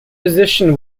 position